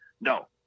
No